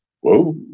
Whoa